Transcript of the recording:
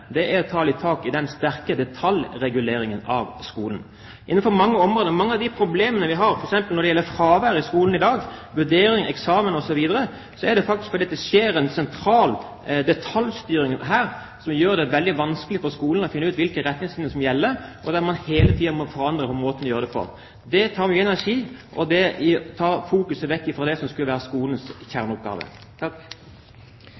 er veldig viktig å ta litt tak i den sterke detaljreguleringen. Mange av de problemene vi har, f.eks. når det gjelder fravær i skolen i dag, vurderinger, eksamen, osv., kommer faktisk fordi det er en sentral detaljstyring som gjør det veldig vanskelig for skolen å finne ut hvilke retningslinjer som gjelder. Man må hele tiden forandre måten å gjøre ting på. Det tar mye energi, og det tar fokus vekk fra det som skulle være skolens